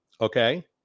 okay